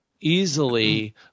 easily